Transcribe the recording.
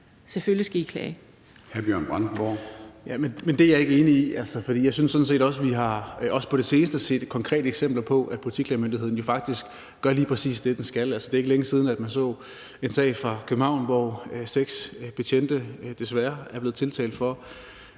i, for jeg synes sådan set – også på det seneste – at vi har set konkrete eksempler på, at Politiklagemyndigheden jo faktisk gør lige præcis det, den skal. Det er ikke længe siden, man så en sag fra København, hvor seks betjente desværre er blevet tiltalt for